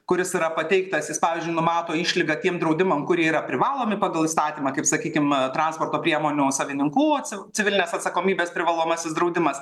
kuris yra pateiktas jis pavyzdžiui numato išlygą tiem draudimam kurie yra privalomi pagal įstatymą kaip sakykim transporto priemonių savininkų atstovų civilinės atsakomybės privalomasis draudimas